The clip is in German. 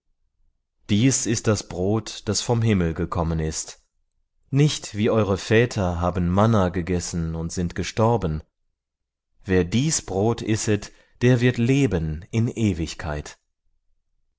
dies ist das brot das vom himmel gekommen ist nicht wie eure väter haben manna gegessen und sind gestorben wer dies brot isset der wird leben in ewigkeit